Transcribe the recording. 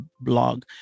blog